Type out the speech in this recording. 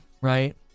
right